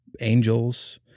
angels